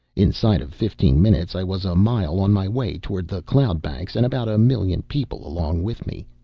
inside of fifteen minutes i was a mile on my way towards the cloud banks and about a million people along with me.